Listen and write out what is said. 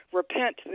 Repent